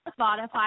Spotify